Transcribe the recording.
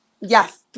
yes